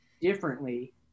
differently